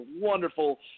wonderful